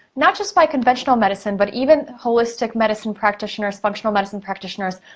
not just by conventional medicine, but even holistic medicine practitioners, functional medicine practitioners,